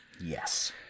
Yes